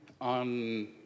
on